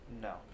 No